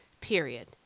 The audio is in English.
period